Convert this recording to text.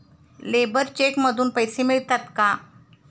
Labour cheque मधून पैसे मिळतात का?